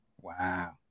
Wow